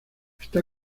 está